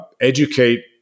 educate